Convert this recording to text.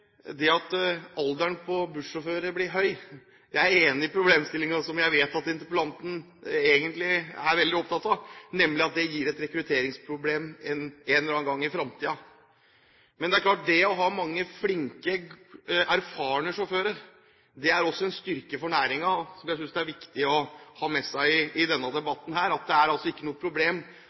det ikke er det at alderen på bussjåfører blir høy – jeg er enig i problemstillingen som jeg vet at interpellanten egentlig er veldig opptatt av, nemlig at det gir et rekrutteringsproblem en eller annen gang i fremtiden – men det er klart at det å ha mange flinke, erfarne sjåfører også er en styrke for næringen, og jeg synes det er viktig å ha med seg i denne debatten at det er ikke noe problem